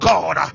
God